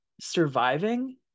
surviving